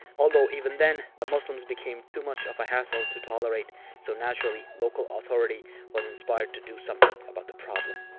although, even then the muslims became too much of a hassle to tolerate so naturally, local authority was inspired to do something about the problem.